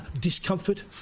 discomfort